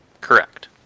Correct